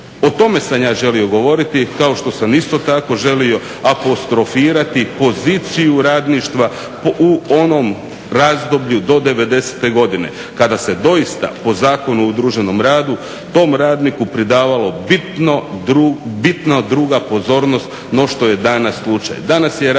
O tome sam ja želio govoriti, kao što sam isto tako želio apostrofirati poziciju radništva u onom razdoblju do '90. godine, kada se doista po zakonu o udruženom radu tom radniku pridavalo bitno druga pozornost no što je danas slučaj.